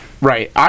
Right